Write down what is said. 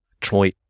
Troy